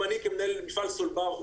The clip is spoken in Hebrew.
אם אני כמנהל מפעל סולבר,